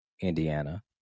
Indiana